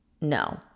No